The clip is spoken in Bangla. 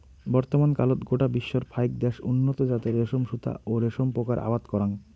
বর্তমানকালত গোটা বিশ্বর ফাইক দ্যাশ উন্নত জাতের রেশম সুতা ও রেশম পোকার আবাদ করাং